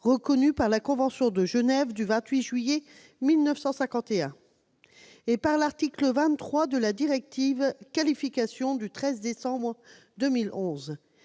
reconnu par la convention de Genève du 28 juillet 1951 et par l'article 23 de la directive européenne Qualification du 13 décembre 2011.